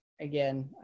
again